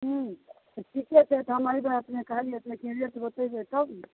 हूँ तऽ ठीके छै तऽ हम अहि दुआरेसँ नहि कहलियै से सीरियस बतेबय तबने